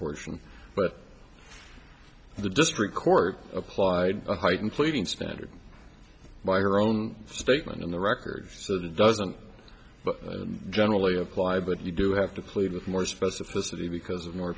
portion of the district court apply a heightened pleading standard by her own statement in the record so that it doesn't generally apply but you do have to plead with more specificity because of more